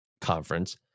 Conference